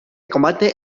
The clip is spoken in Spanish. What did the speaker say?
combate